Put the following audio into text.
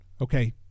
Okay